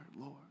Lord